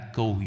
go